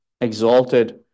exalted